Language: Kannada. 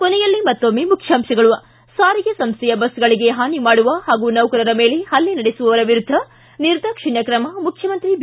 ಕೊನೆಯಲ್ಲಿ ಮತ್ತೊಮ್ಬೆ ಮುಖ್ಯಾಂಶಗಳು ಿ ಸಾರಿಗೆ ಸಂಸ್ಥೆಯ ಬಸ್ಗಳಿಗೆ ಹಾನಿ ಮಾಡುವ ಹಾಗೂ ನೌಕರರ ಮೇಲೆ ಹಲ್ಲೆ ನಡೆಸುವವರ ವಿರುದ್ದ ನಿರ್ದಾಕ್ಷಿಣ್ಯ ಕ್ರಮ ಮುಖ್ಯಮಂತ್ರಿ ಬಿ